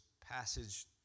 passage